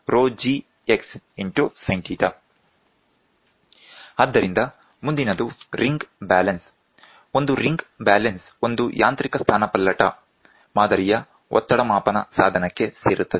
ಆದ್ದರಿಂದ ಮುಂದಿನದು ring balance ಒಂದು ರಿಂಗ್ ಬ್ಯಾಲೆನ್ಸ್ ಒಂದು ಯಾಂತ್ರಿಕ ಸ್ಥಾನಪಲ್ಲಟ ಮಾದರಿಯ ಒತ್ತಡ ಮಾಪನ ಸಾಧನಕ್ಕೆ ಸೇರುತ್ತದೆ